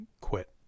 quit